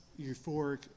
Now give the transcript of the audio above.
euphoric